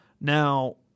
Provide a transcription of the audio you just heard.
now